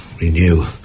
renew